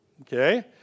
Okay